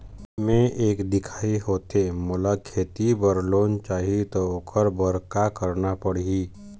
मैं एक दिखाही होथे मोला खेती बर लोन चाही त ओकर बर का का करना पड़ही?